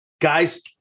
guys